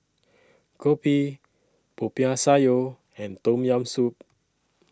Kopi Popiah Sayur and Tom Yam Soup